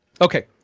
Okay